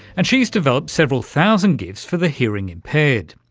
and she's developed several thousand gifs for the hearing impaired.